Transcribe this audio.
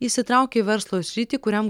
įsitraukia į verslo sritį kuriam